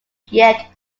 yet